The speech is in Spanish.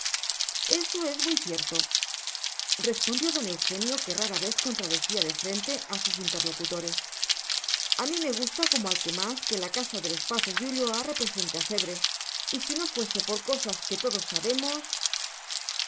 eso es muy cierto respondió don eugenio que rara vez contradecía de frente a sus interlocutores a mí me gusta como al que más que la casa de los pazos de ulloa represente a cebre y si no fuese por cosas que todos sabemos